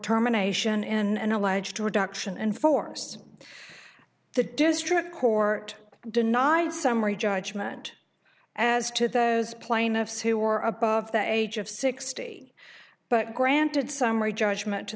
terminations in an alleged reduction and forced the district court denied summary judgment as to those plaintiffs who were above the age of sixty but granted summary judgment to